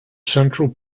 central